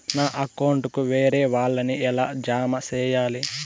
నా అకౌంట్ కు వేరే వాళ్ళ ని ఎలా జామ సేయాలి?